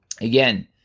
again